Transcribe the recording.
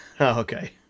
okay